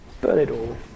Burn-it-all